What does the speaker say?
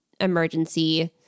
emergency